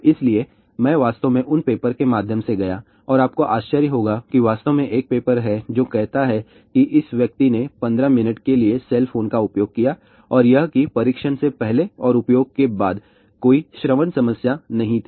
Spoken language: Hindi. इसलिए मैं वास्तव में उन पेपर के माध्यम से गया और आपको आश्चर्य होगा कि वास्तव में एक पेपर है जो कहता है कि या इस व्यक्ति ने 15 मिनट के लिए सेल फोन का उपयोग किया और यह कि परीक्षण से पहले और उपयोग के बाद कोई श्रवण समस्या नहीं थी